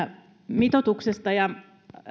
mitoituksesta ja